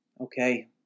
okay